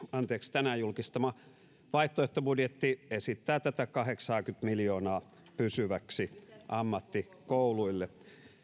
tänään julkistama vaihtoehtobudjetti esittää tätä kahdeksankymmentä miljoonaa pysyväksi ammattikouluille